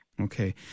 Okay